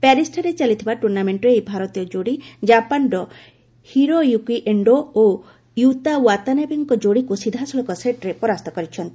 ପ୍ୟାରିସ୍ଠାରେ ଚାଲିଥିବା ଟୁର୍ଷାମେଣ୍ଟରେ ଏହି ଭାରତୀୟ ଯୋଡ଼ି ଜାପାନର ହିରୋୟୁକି ଏଷ୍ଡୋ ଓ ୟୁତା ୱାତାନାବେଙ୍କ ଯୋଡ଼ିକୁ ସିଧାସଳଖ ସେଟ୍ରେ ପରାସ୍ତ କରିଛନ୍ତି